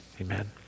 amen